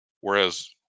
whereas